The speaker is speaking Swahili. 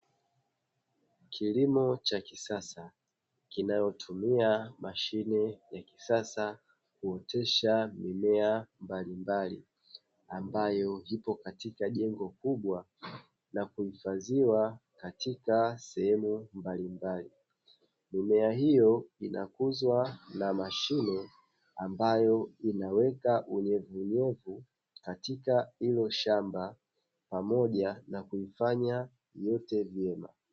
Kijana mpambanaji alie jikita kwenye kilimo cha biashara aina ya nyanya, Amesipanda kwa wingi kwenye shamba kubwa tayari akiwa amezifunga kwa miti akisubili matunda yake kukomaa, Kuiva na kupeleka sokoni.